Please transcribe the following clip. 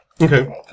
Okay